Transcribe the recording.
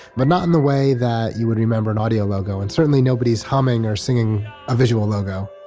but not in the way that you would remember an audio logo, and certainly nobody's humming or singing a visual logo.